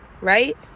Right